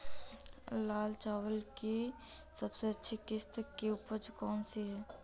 लाल चावल की सबसे अच्छी किश्त की उपज कौन सी है?